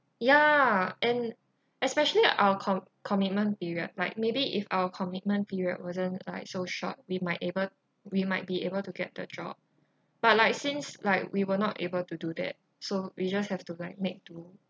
ya and especially our co~ commitment period like maybe if our commitment period wasn't like so short we might able we might be able to get the job but like since like we were not able to do that so we just have to like make do